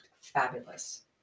fabulous